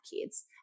kids